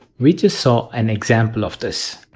we just saw an example of this.